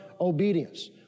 obedience